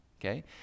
okay